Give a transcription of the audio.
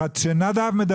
הקרב.